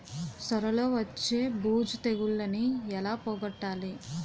సొర లో వచ్చే బూజు తెగులని ఏల పోగొట్టాలి?